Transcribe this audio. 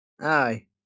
Aye